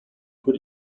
put